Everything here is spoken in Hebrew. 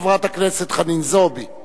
היו"ר ראובן ריבלין: תודה רבה לשר החינוך.